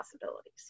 possibilities